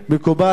מקובל,